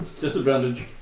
disadvantage